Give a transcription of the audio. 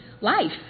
life